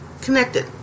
connected